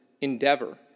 endeavor